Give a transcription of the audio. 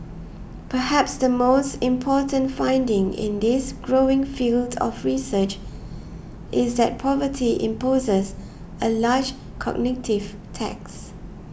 perhaps the most important finding in this growing field of research is that poverty imposes a large cognitive tax